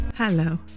Hello